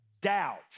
doubt